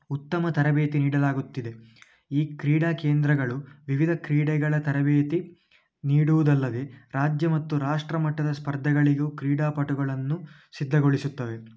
ಉತ್ತಮ ತರಬೇತಿ ನೀಡಲಾಗುತ್ತಿದೆ ಈ ಕ್ರೀಡಾ ಕೇಂದ್ರಗಳು ವಿವಿಧ ಕ್ರೀಡೆಗಳ ತರಬೇತಿ ನೀಡುವುದಲ್ಲದೆ ರಾಜ್ಯ ಮತ್ತು ರಾಷ್ಟ್ರ ಮಟ್ಟದ ಸ್ಪರ್ಧೆಗಳಿಗು ಕ್ರೀಡಾಪಟುಗಳನ್ನು ಸಿದ್ಧಗೊಳಿಸುತ್ತವೆ